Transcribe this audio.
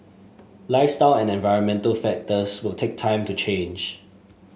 lifestyle and environmental factors will take time to change